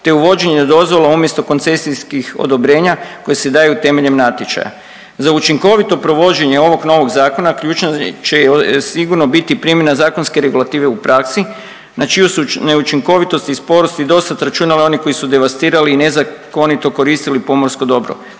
te uvođenje dozvola umjesto koncesijskih odobrenja koje se daju temeljem natječaja. Za učinkovito provođenje ovog novog zakona ključno će sigurno biti primjena zakonske regulative u praksi na čiju su neučinkovitosti i sporost i dosad računali oni koji su devastirali i nezakonito koristili pomorsko dobro.